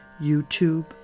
YouTube